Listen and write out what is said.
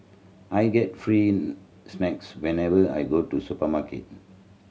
I get free snacks whenever I go to supermarket